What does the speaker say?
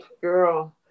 girl